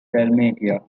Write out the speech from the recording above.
dalmatia